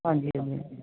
ਹਾਂਜੀ ਹਾਂਜੀ